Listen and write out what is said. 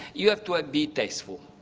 you have to ah be tasteful.